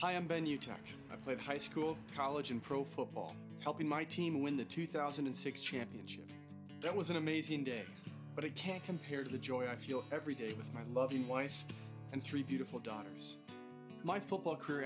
touch i played high school college and pro football helping my team win the two thousand and six championship that was an amazing day but it can't compare to the joy i feel every day with my loving wife and three beautiful daughters my football career